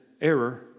error